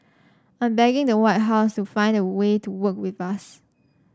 I'm begging the White House to find a way to work with us